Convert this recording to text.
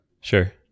Sure